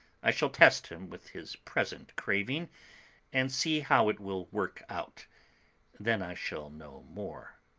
i shall test him with his present craving and see how it will work out then i shall know more.